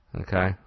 Okay